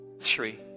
three